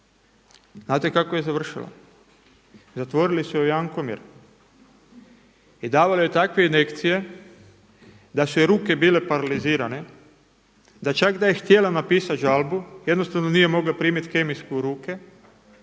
Znate kako je završila? Zatvorili su je u Jankomir i davali joj takve injekcije da su joj ruke bile paralizirane, da čak da je htjela napisat žalbu jednostavno nije mogla primit kemijsku u ruke